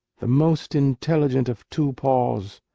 the most intelligent of two-paws,